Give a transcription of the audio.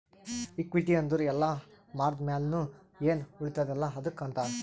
equity ಅಂದುರ್ ಎಲ್ಲಾ ಮಾರ್ದ ಮ್ಯಾಲ್ನು ಎನ್ ಉಳಿತ್ತುದ ಅಲ್ಲಾ ಅದ್ದುಕ್ ಅಂತಾರ್